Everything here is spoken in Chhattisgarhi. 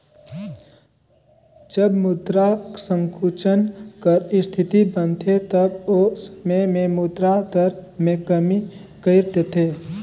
जब मुद्रा संकुचन कर इस्थिति बनथे तब ओ समे में मुद्रा दर में कमी कइर देथे